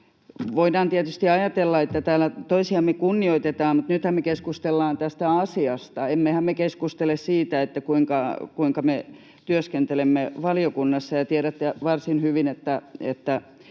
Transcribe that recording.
Voidaan tietysti ajatella, että täällä toisiamme kunnioitetaan, mutta nythän me keskustellaan tästä asiasta — emmehän me keskustele siitä, kuinka me työskentelemme valiokunnassa, ja tiedätte varsin hyvin, että